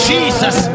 Jesus